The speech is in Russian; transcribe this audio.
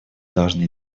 должны